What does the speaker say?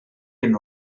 hyn